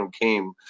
came